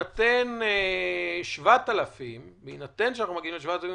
ובהינתן שאנחנו מגיעים ל-7,000,